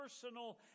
personal